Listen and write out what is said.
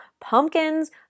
pumpkins